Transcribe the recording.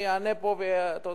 אני אענה פה במדויק,